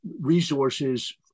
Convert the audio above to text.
resources